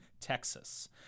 Texas